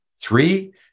Three